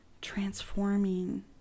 transforming